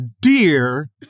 dear